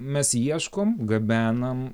mes ieškom gabenam